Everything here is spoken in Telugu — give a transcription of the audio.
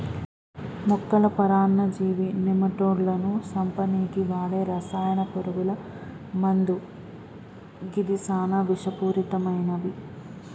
మొక్కల పరాన్నజీవి నెమటోడ్లను సంపనీకి వాడే రసాయన పురుగుల మందు గిది సానా విషపూరితమైనవి